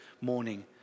morning